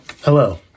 Hello